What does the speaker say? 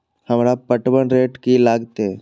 हमरा पटवन रेट की लागते?